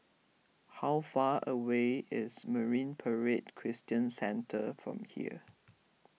how far away is Marine Parade Christian Centre from here